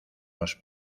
los